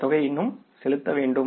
இந்த தொகையை இன்னும் செலுத்த வேண்டும்